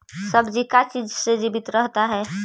सब्जी का चीज से जीवित रहता है?